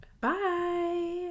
Bye